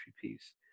piece